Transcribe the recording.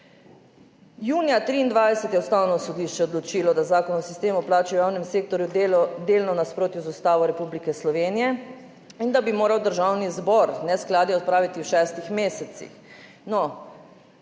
Junija 2023 je Ustavno sodišče odločilo, da je Zakon o sistemu plač v javnem sektorju delno v nasprotju z Ustavo Republike Slovenije in da bi moral Državni zbor neskladje odpraviti v šestih mesecih.